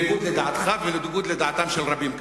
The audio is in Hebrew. בניגוד לדעתך ובניגוד לדעתם של רבים כאן.